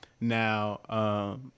now